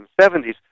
1970s